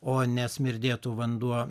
o nesmirdėtų vanduo